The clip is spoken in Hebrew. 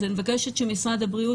אז אני מבקשת ממשרד הבריאות,